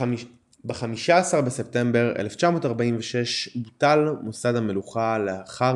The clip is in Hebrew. ב-15 בספטמבר 1946 בוטל מוסד המלוכה לאחר